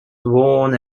worn